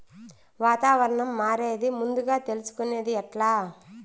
వాతావరణం మారేది ముందుగా తెలుసుకొనేది ఎట్లా?